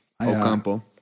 Ocampo